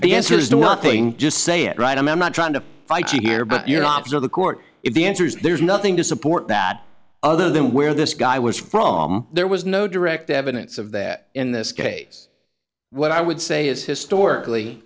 the answer is nothing just say it right i'm not trying to fight you here but you're not sure the court if he answers there's nothing to support that other than where this guy was from there was no direct evidence of that in this case what i would say is historically